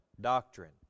doctrine